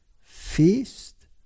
Feast